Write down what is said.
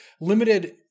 limited